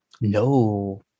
No